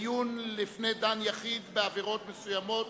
(דיון לפני דן יחיד בעבירות מסוימות),